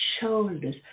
shoulders